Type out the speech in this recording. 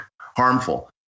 harmful